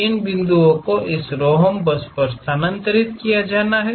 इन बिंदुओं को इस रोम्बस पर स्थानांतरित किया जाना है